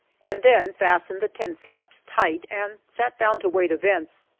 and then fastened the tent flaps tight and sat down to await events.